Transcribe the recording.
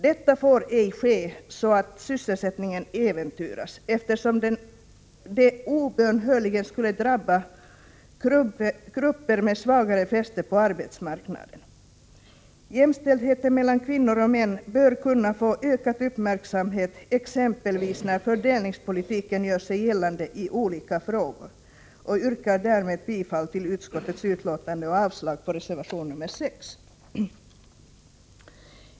Detta får ej ske så att sysselsättningen äventyras, eftersom det obönhörligen skulle drabba grupper med svagare fäste på arbetsmarknaden. Jämställdheten mellan kvinnor och män bör kunna få ökad uppmärksamhet, exempelvis när fördelningspolitiken gör sig gällande i olika frågor. Jag yrkar bifall till utskottets hemställan och avslag på reservation 6.